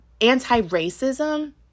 anti-racism